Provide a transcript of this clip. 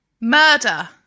Murder